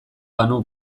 banu